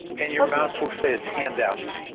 and your mouse will say it's handouts.